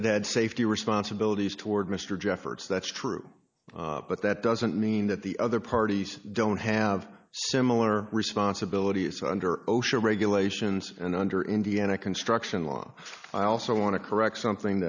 that had safety responsibilities toward mr jeffords that's true but that doesn't mean that the other parties don't have similar responsibilities under osha regulations and under indiana construction law i also want to correct something